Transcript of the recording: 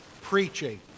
Preaching